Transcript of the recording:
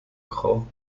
grau